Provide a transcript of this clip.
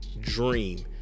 dream